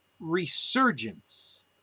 resurgence